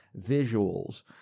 visuals